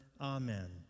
Amen